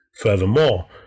furthermore